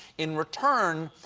in return,